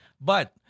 But-